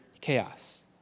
chaos